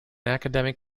academic